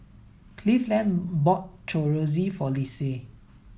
Cleveland bought Chorizo for Lissie